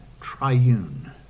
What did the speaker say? triune